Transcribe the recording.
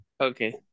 Okay